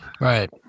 Right